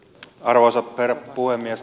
arvoisa herra puhemies